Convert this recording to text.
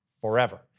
forever